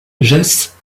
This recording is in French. jesse